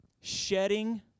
shedding